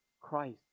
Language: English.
Christ